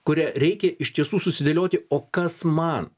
kurią reikia iš tiesų susidėlioti o kas man